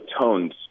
tones